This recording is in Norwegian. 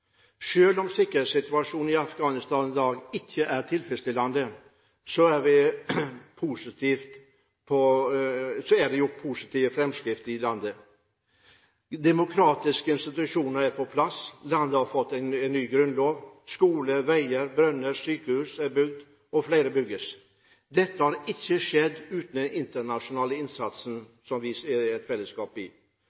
om lag elleve år siden. Selv om sikkerhetssituasjonen i Afghanistan i dag ikke er tilfredsstillende, er det positive framskritt i landet. Demokratiske institusjoner er på plass, landet har fått en ny grunnlov, og skoler, veier, brønner og sykehus er bygd – og flere bygges. Dette hadde ikke skjedd uten den internasjonale innsatsen,